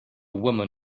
woman